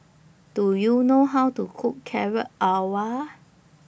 Do YOU know How to Cook Carrot Halwa